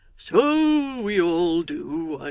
so we all do,